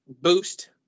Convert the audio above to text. boost